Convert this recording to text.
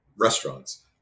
restaurants